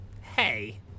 Hey